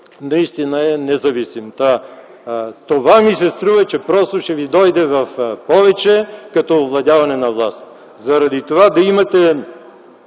наистина е независим. Това ми се струва, че просто ще Ви дойде в повече като овладяване на власт, заради това да имате